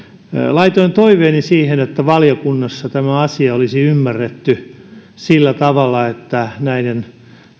laitoin toiveeni siihen että valiokunnassa tämä asia olisi ymmärretty sillä tavalla että näiden